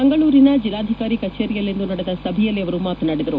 ಮಂಗಳೂರಿನ ಜೆಲ್ಲಾಧಿಕಾರಿ ಕಚೇರಿಯಲ್ಲಿಂದು ನಡೆದ ಸಭೆಯಲ್ಲಿ ಅವರು ಮಾತನಾಡಿದರು